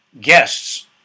guests